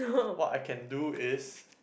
what I can do is